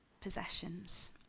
possessions